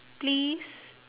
please